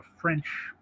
French